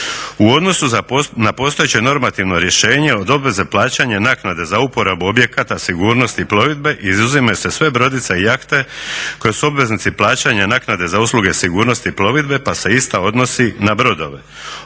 U odnosu na postojeće normativno rješenje od obveze plaćanja naknade za uporabu objekata, sigurnosti plovidbe izuzimaju se sve brodice i jahte koje su obveznici plaćanja naknade za usluge sigurnosti plovidbe pa se ista odnosi na brodove.